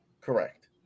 Correct